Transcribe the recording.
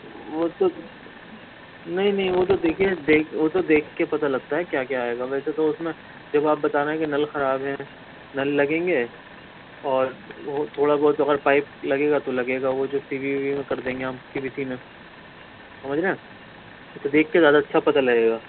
وہ تو نہیں نہیں وہ تو دیکھیے وہ تو دیکھ کے پتہ لگتا ہے کیا کیا آئے گا ویسے تو اس میں جب آپ بتا رہے ہیں نل خراب ہے نل لگیں گے اور وہ تھوڑا بہت اگر پائپ لگے گا تو لگے گا وہ جو سی وی او وی میں کر دیں گے ہم سی وی سی میں سمجھ رہے ہیں تو دیکھ کے زیادہ اچھا پتہ لگے گا